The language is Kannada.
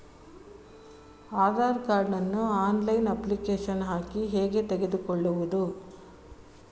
ಆಧಾರ್ ಕಾರ್ಡ್ ನ್ನು ಆನ್ಲೈನ್ ಅಪ್ಲಿಕೇಶನ್ ಹಾಕಿ ಹೇಗೆ ತೆಗೆದುಕೊಳ್ಳುವುದು?